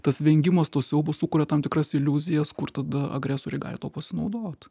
tas vengimas to siaubo sukuria tam tikras iliuzijas kur tada agresoriai gali tuo pasinaudot